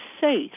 safe